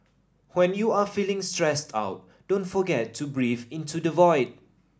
when you are feeling stressed out don't forget to breathe into the void